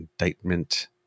indictment